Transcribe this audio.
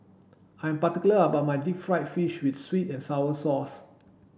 I'm particular about my deep fried fish with sweet and sour sauce